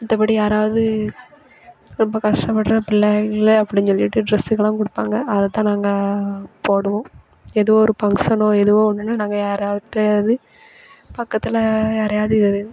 மற்றபடி யாராவது ரொம்ப கஷ்டபடுற பிள்ளைகள் அப்படின்னு சொல்லிட்டு ட்ரெஸ்ஸுகுலாம் கொடுப்பாங்க அதைத்தான் நாங்கள் போடுவோம் எதோ ஒரு ஃபங்சனோ எதோ ஒன்றுன்னா நாங்க யாராட்டேந்து பக்கத்தில் யாரையாவது